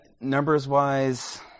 numbers-wise